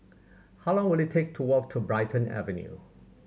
how long will it take to walk to Brighton Avenue